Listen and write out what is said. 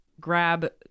grab